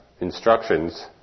instructions